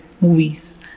Movies